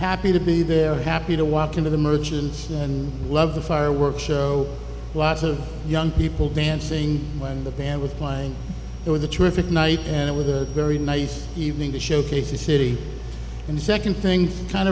happy to be there happy to walk into the merchants and love the fireworks show lots of young people dancing when the band was playing with a terrific night and with a very nice evening to showcase the city and the second thing kind